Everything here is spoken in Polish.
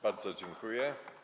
Bardzo dziękuję.